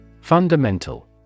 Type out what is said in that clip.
Fundamental